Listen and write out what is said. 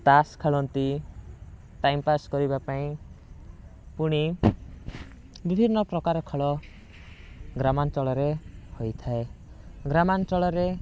ତାସ୍ ଖେଳନ୍ତି time pass କରିବା ପାଇଁ ପୁଣି ବିଭିନ୍ନ ପ୍ରକାର ଖେଳ ଗ୍ରାମାଞ୍ଚଳରେ ହୋଇଥାଏ ଗ୍ରାମାଞ୍ଚଳରେ